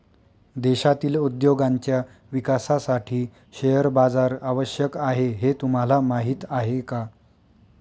देशातील उद्योगांच्या विकासासाठी शेअर बाजार आवश्यक आहे हे तुम्हाला माहीत आहे का?